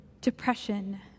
depression